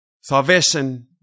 Salvation